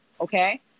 okay